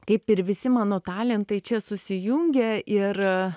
kaip ir visi mano talentai čia susijungia ir